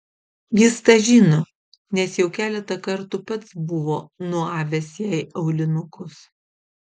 jis tą žino nes jau keletą kartų pats buvo nuavęs jai aulinukus